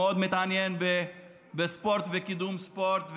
שמאוד מתעניין בספורט וקידום ספורט,